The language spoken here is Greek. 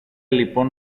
λοιπόν